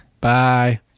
Bye